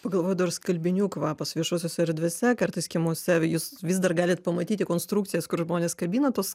pagalvojau dar skalbinių kvapas viešosiose erdvėse kartais kiemuose jūs vis dar galit pamatyti konstrukcijas kur žmonės kabina tuos